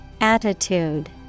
Attitude